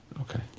okay